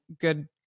good